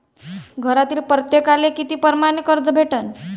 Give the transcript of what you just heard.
घरातील प्रत्येकाले किती परमाने कर्ज भेटन?